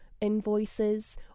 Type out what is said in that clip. invoices